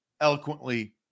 eloquently